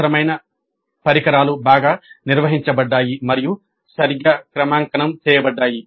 అవసరమైన పరికరాలు బాగా నిర్వహించబడ్డాయి మరియు సరిగ్గా క్రమాంకనం చేయబడ్డాయి